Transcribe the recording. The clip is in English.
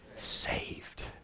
saved